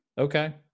okay